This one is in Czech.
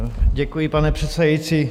Děkuji, pane předsedající.